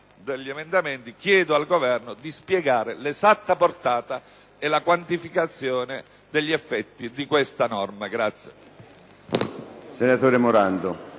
senatore Morando